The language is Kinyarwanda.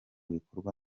bikorwa